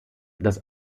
dass